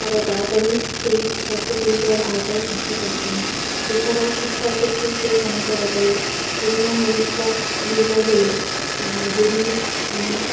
তারা তাড়াতাড়ি সেই স্বাস্থ্য পরিষেবার আওতায় আসতে পারছে না এছাড়াও শিক্ষার ক্ষেত্রেও সেই সমস্যা দেখা দেয় পরিবহন ব্যবস্থা দুর্বল হলে যদি কোনো